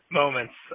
moments